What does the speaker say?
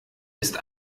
ist